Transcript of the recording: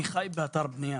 אני חי באתר בנייה.